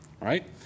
right